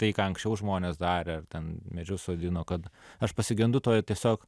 tai ką anksčiau žmonės darė ten medžius sodino kad aš pasigendu to tiesiog